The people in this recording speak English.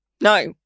No